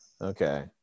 Okay